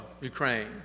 Ukraine